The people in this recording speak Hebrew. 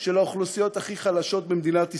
של האוכלוסיות הכי חלשות במדינת ישראל,